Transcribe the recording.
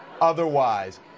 otherwise